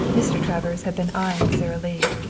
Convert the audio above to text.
mr. travers had been eying sara lee.